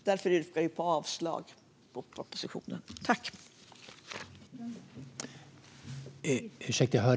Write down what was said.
Jag yrkar avslag på propositionen och bifall till reservationen.